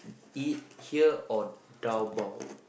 eat here or dabao